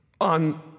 on